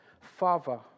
Father